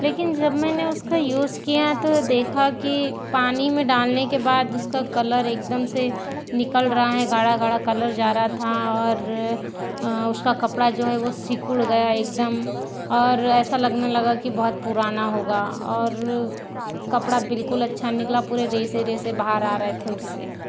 लेकिन जब मैंने उस का यूज़ किया तो देखा कि पानी में डालने के बाद उस का कलर एकदम से निकल रहा हैं गाढ़ा गाढ़ा कलर जा रहा था और उस का कपड़ा जो है वो सिकुड़ गया एकदम और ऐसा लगने लगा कि बहुत पुराना होगा और कपड़ा बिल्कुल अच्छा निकला पूरे रेसे रेसे बाहर आ रहे थे उससे